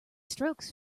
strokes